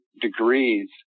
degrees